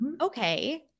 Okay